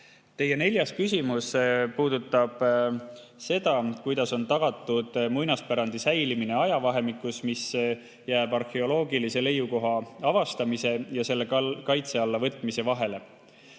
Teie neljas küsimus puudutab seda, kuidas on tagatud muinaspärandi säilimine ajavahemikus, mis jääb arheoloogilise leiukoha avastamise ja selle kaitse alla võtmise vahele.